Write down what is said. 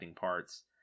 parts